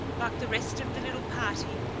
like the rest of the little party,